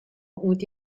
ont